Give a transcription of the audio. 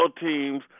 teams